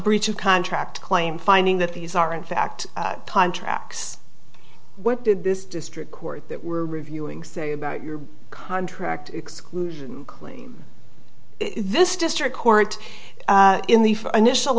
breach of contract claim finding that these are in fact tracks what did this district court that were reviewing say about your contract exclusion claim this district court in the initial